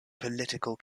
political